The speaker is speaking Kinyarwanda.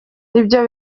ibyo